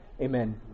Amen